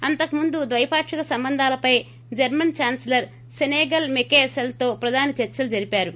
అంతకు ముందు ద్వైపాక్షిక సంబంధాలపై జర్మన్ ఛాన్సలర్ సెసేగల్ మెకే సల్ తో ప్రధాని చర్సలు జరిపారు